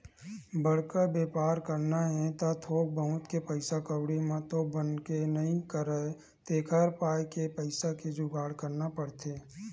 बड़का बेपार करना हे त थोक बहुत के पइसा कउड़ी म तो बनबे नइ करय तेखर पाय के पइसा के जुगाड़ करना पड़थे